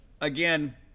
Again